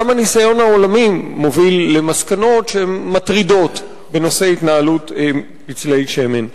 גם הניסיון העולמי מוביל למסקנות מטרידות בנושא התנהלות פצלי שמן.